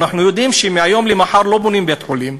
אנחנו יודעים שמהיום למחר לא בונים בית-חולים,